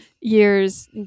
years